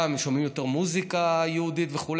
גם שומעים יותר מוזיקה יהודית וכו'